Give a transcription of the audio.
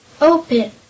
Open